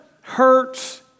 hurts